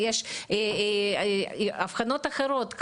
יש אבחנות אחרות,